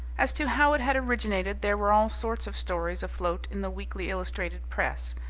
as to how it had originated, there were all sorts of stories afloat in the weekly illustrated press.